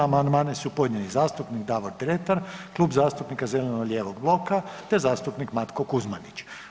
Amandmane su podnijeli zastupnik Davor Dretar, Klub zastupnika zeleno-lijevog bloka te zastupnik Matko Kuzmanić.